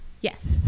Yes